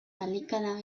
delicada